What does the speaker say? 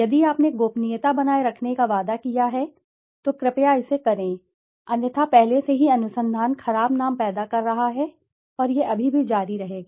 यदि आपने गोपनीयता बनाए रखने का वादा किया है तो कृपया कृपया इसे करें अन्यथा पहले से ही अनुसंधान खराब नाम पैदा कर रहा है और यह अभी भी जारी रहेगा